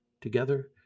Together